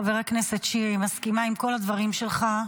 חבר הכנסת שירי, מסכימה עם כל הדברים שלך.